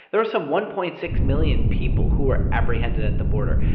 there were some one point six million people who were apprehended at the border.